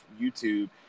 YouTube